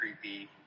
creepy